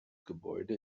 gebäude